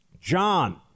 John